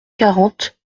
quarante